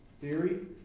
theory